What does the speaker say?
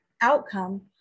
outcome